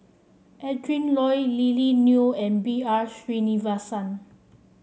Adrin Loi Lily Neo and B R Sreenivasan